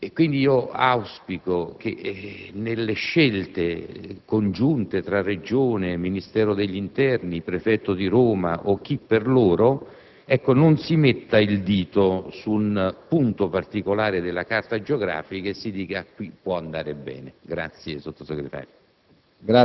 Quindi, auspico che, nelle scelte congiunte, tra Regione, Ministero dell'interno, prefetto di Roma o chi per loro, non si metta il dito su un punto particolare della carta geografica e si dica: qui può andare bene.